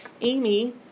Amy